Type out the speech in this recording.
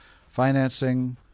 financing